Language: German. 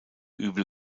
übel